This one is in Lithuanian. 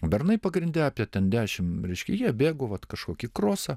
bernai pagrinde apie ten dešim reiškia jie bėgo vat kažkokį krosą